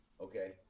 okay